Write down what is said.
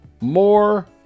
more